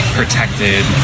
protected